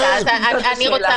אם זאת השאלה,